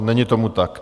Není tomu tak.